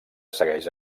segueix